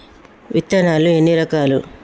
విత్తనాలు ఎన్ని రకాలు?